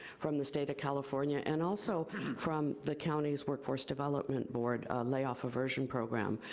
from the state of california, and also from the county's workforce development ward layoff aversion program,